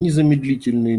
незамедлительные